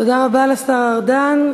תודה רבה לשר ארדן.